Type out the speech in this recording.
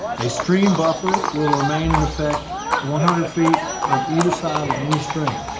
a stream buffer will remain in effect one hundred feet of either side of any string.